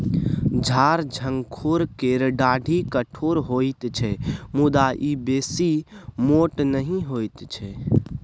झार झंखोर केर डाढ़ि कठोर होइत छै मुदा ई बेसी मोट नहि होइत छै